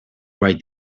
grade